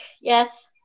yes